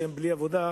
כשהם בלי עבודה,